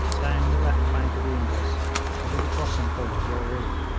down the left bank of the indus to the crossing point at roree,